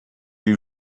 you